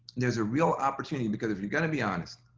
there's a real opportunity because if you're gonna be honest